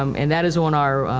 um and that is on our,